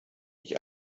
ich